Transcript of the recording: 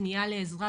פנייה לעזרה,